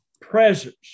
presence